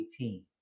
2018